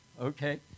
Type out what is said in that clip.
Okay